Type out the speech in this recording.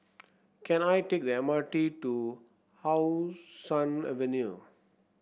can I take the M R T to How Sun Avenue